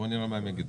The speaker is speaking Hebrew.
בוא נראה מה הם יגידו.